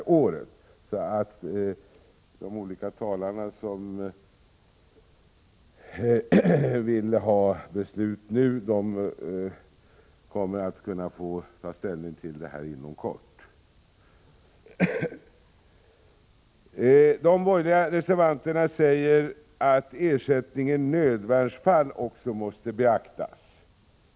De talare i debatten som vill att riksdagen nu skall fatta beslut i ärendena kommer därför att få ta ställning till dem inom kort. De borgerliga reservanterna säger att ersättning i nödvärnsfall också måste beaktas.